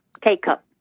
K-cup